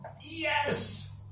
Yes